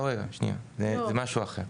רגע, זה משהו אחר.